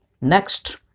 Next